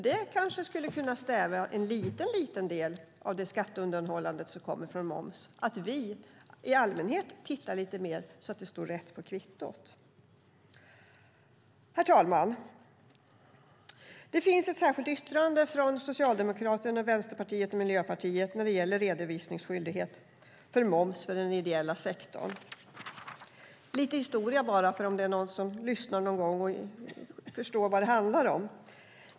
Det kanske skulle kunna stävja en liten del av det skatteundanhållande som kommer från moms om vi i allmänhet tittade efter lite mer att det står rätt på kvittot. Herr talman! Det finns ett särskilt yttrande från Socialdemokraterna, Vänsterpartiet och Miljöpartiet när det gäller redovisningsskyldighet för moms för den ideella sektorn. Jag ska ge lite historia för den som lyssnar och vill förstå vad det handlar om.